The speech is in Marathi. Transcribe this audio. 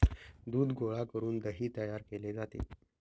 दूध गोळा करून दही तयार केले जाते